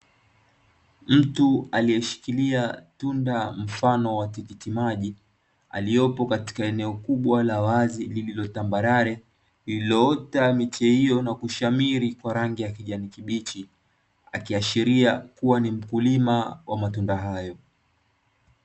Mtu aliyeshikilia tunda mfano wa tikitimaji, aliyopo katika eneo kubwa la wazi lililotambarare, lililoota miche hiyo na kushamiri kwa rangi ya kijani kibichi; akiashiria kuwa ni mkulima wa matunda hayo.